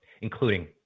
including